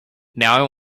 now